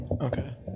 okay